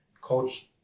Coach